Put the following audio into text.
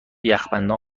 یخبندان